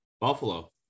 Buffalo